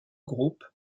groupe